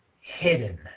hidden